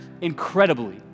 incredibly